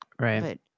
Right